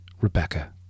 Rebecca